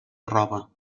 roba